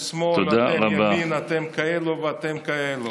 אתם שמאל, אתם ימין, אתם כאלו ואתם כאלו.